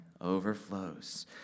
overflows